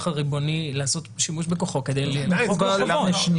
הריבוני לעשות שימוש בכוחו כדי למחוק לו חובות.